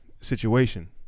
situation